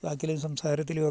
വാക്കിലും സംസാരത്തിലുവൊക്കെ